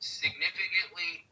significantly